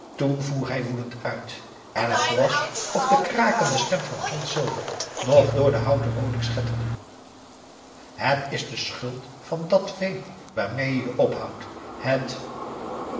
voer hij woedend uit en het was of de krakende stem van john silver nog door de houten woning schetterde het is de schuld van dat vee waarmee je je ophoudt het